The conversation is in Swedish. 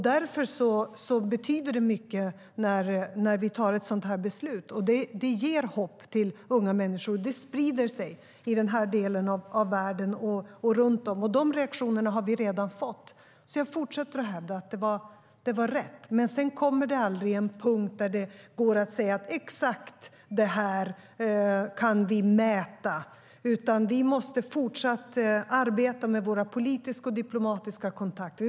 Därför betyder det mycket när vi tar ett sådant här beslut. Det ger unga människor hopp, och det sprider sig i den delen av världen och runt omkring. De reaktionerna har vi redan fått. Därför fortsätter jag att hävda att det var rätt. Men det kommer aldrig att komma till en punkt där vi kan mäta något exakt. Vi måste i stället fortsätta arbeta med våra politiska och diplomatiska kontakter.